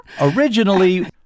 Originally